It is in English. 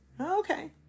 Okay